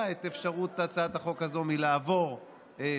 את האפשרות שהצעת החוק הזו תעבור בכנסת.